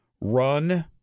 run